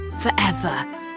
forever